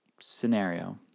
scenario